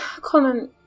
Colin